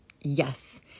Yes